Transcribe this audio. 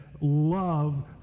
love